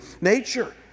nature